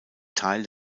teil